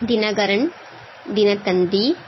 Dinakaran Dinathanthi